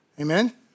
Amen